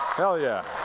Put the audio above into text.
hell, yeah.